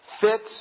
fits